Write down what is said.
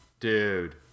Dude